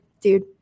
dude